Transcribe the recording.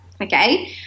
okay